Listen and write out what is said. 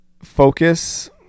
focus